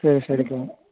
சரி சரிக்கா